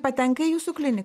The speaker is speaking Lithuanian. patenka į jūsų kliniką